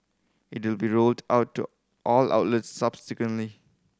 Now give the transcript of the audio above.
it will be rolled out to all outlets subsequently